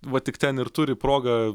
va tik ten ir turi progą